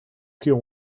peel